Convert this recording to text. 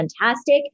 fantastic